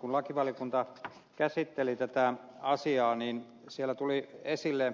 kun lakivaliokunta käsitteli tätä asiaa niin siellä tuli esille